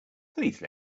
please